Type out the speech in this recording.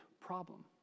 problem